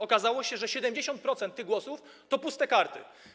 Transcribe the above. Okazało się, że 70% tych głosów stanowiły puste karty.